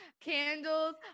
candles